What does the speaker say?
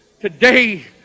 Today